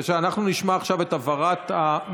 בבקשה, אנחנו נשמע עכשיו את הבהרת הממשלה.